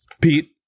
Pete